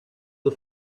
the